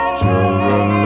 children